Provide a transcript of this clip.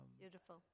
beautiful